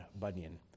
Bunyan